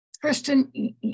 Kristen